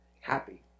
happy